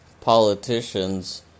Politicians